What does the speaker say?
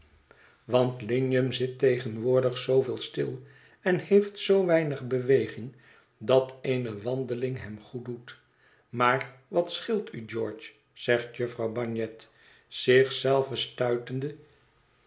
want lignum zit tegenwoordig zooveel stil en heeft zoo weinig beweging dat eene wandeling hem goeddoet maar wat scheelt u george zegt jufvrouw bagnet zich zelve stuitende